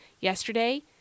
yesterday